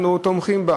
אנחנו תומכים בזה.